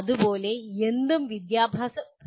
അതുപോലുള്ള എന്തും വിദ്യാഭ്യാസമായി കണക്കാക്കപ്പെടുന്നു